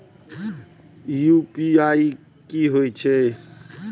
UPI की होई छै?